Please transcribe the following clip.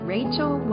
Rachel